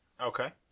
okay